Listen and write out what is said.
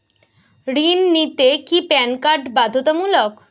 ঋণ নিতে কি প্যান কার্ড বাধ্যতামূলক?